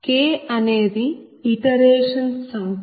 K అనేది పునరుక్తిఇటరేషన్ సంఖ్య